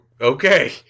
okay